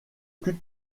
plus